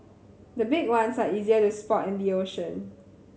the big ones are easier to spot in the ocean